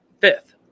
fifth